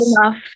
enough